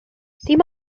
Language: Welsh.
dim